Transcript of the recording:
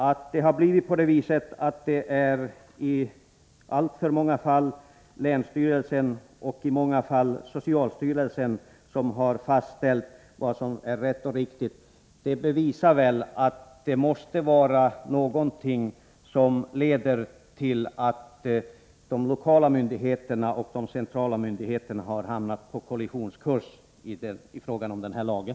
Att det blivit så att länsstyrelsen och socialstyrelsen i alltför många fall har fastställt vad som är rätt och riktigt bevisar att det måste vara någonting i systemet som leder till att de lokala och de centrala myndigheterna har hamnat på kollisionskurs i fråga om lagen.